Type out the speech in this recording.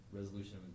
resolution